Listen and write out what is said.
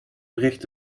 bericht